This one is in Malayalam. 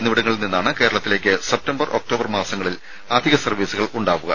എന്നിവിടങ്ങളിൽ നിന്നാണ് കേരളത്തിലേക്ക് സെപ്റ്റംബർ ഒക്ടോബർ മാസങ്ങളിൽ അധിക സർവീസുകൾ ഉണ്ടാവുക